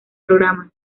programa